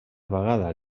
vegada